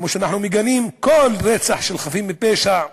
כמו שאנחנו מגנים כל רצח של חפים מפשע,